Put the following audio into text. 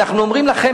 אנחנו אומרים לכם,